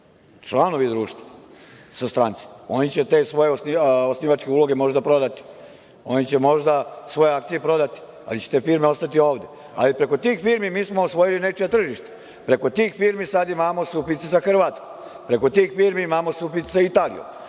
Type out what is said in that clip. članovi društva su stranci, oni će te svoje osnivačke uloge možda prodati, oni će možda svoje akcije prodati, ali će te firme ostati ovde. Ali, preko tih firmi mi smo osvojili nečija tržišta. Preko tih firmi sada imamo suficit sa Hrvatskom, preko tih firmi imamo suficit sa Italijom. Dakle,